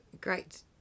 great